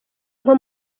nko